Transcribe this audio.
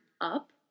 up